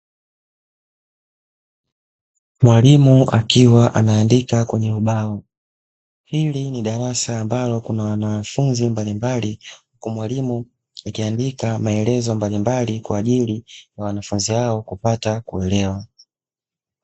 Mwalimu akiwa anaandika kwenye ubao. Hili ni darasa ambalo kuna wanafunzi mbalimbali huku mwalimu akiandika maelezo mbalimbali kwaajili ya wanafunzi hao kupata kuelewa.